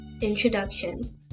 Introduction